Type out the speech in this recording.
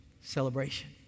Celebration